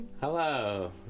Hello